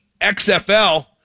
XFL